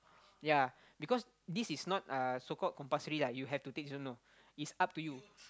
ya because this is not uh so called compulsory lah you have to take this one no it's up to you